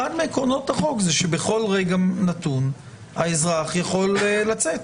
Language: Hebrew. אחד מעקרונות החוק הוא שבכל רגע נתון האזרח יכול לצאת.